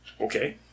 Okay